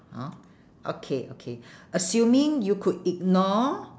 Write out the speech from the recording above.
hor okay okay assuming you could ignore